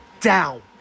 down